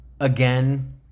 again